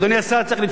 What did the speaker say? אדוני השר, מה עם